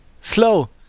slow